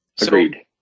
Agreed